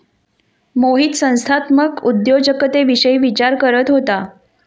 मोहित संस्थात्मक उद्योजकतेविषयी विचार करत होता